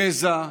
גזע,